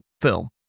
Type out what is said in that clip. film